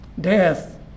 death